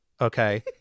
Okay